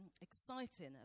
exciting